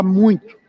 muito